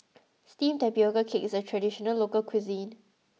Steamed Tapioca Cake is a traditional local cuisine